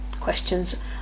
Questions